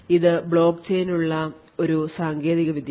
ഇത് ബ്ലോക്ക് ചെയിനിനുള്ള ഒരു സാങ്കേതികത വിദ്യയാണ്